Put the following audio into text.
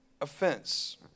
offense